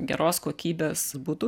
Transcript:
geros kokybės butų